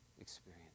experience